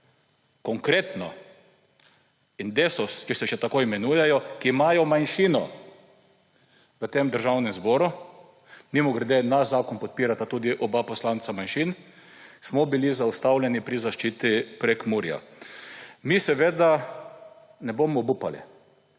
Konkretno in Desus, če se še tako imenujejo, ki imajo manjšino v tem državnem zboru, mimogrede, naš zakon podpirata tudi oba poslanca manjšin, smo bili zaustavljeni pri zaščiti Prekmurja. Mi seveda ne bomo obupali;